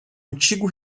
antigo